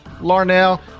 Larnell